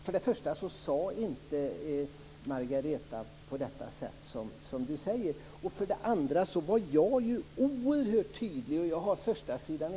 Margareta Sandgren sade inte så som Anders G Högmark säger. Jag var oerhört tydlig i mitt anförande. Jag har första sidan